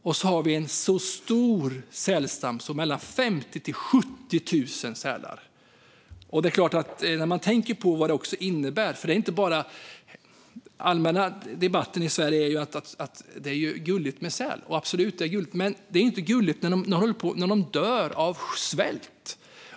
Och vi har en sälstam som är så stor som mellan 50 000 och 70 000. Man får tänka på vad det innebär. Den allmänna debatten i Sverige går ut på att det är gulligt med säl - och det är absolut gulligt. Men det är inte gulligt när de dör av svält.